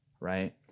right